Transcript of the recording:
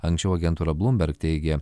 anksčiau agentūra blumberg teigė